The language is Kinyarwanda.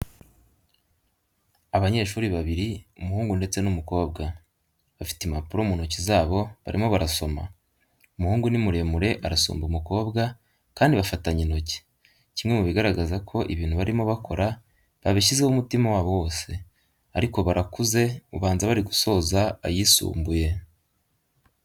Abanyeshuri babiri umuhungu ndetse n'umukobwa, bafite impapuro mu ntoki zabo barimo barasoma. Umuhungu ni muremure arasumba umukobwa kandi bafatanye intoki, kimwe mu bigaragaza ko ibintu barimo bakora babishyizeho umutima wabo wose, ariko barakuze ubanza bari gusoza ayisumbuye.